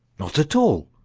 not at all!